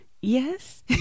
yes